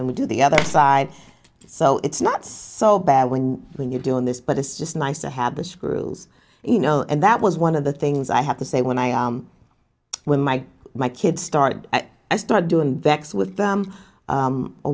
and we do the other side so it's not so bad when when you're doing this but it's just nice to have the screws you know and that was one of the things i have to say when i am with my my kids started i started doing vax with them